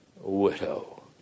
widow